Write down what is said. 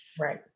right